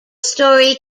story